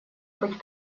быть